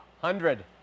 hundred